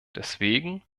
deswegen